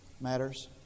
matters